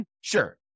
Sure